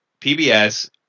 PBS